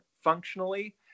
functionally